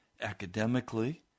academically